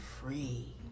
free